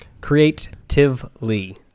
Creatively